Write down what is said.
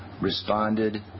responded